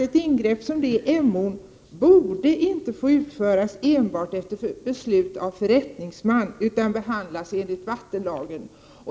Ett ingrepp som det i Emån borde inte få utföras efter beslut enbart av förrättningsman utan behandlas enligt vattenlagen.